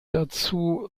dazu